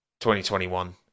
2021